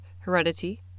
heredity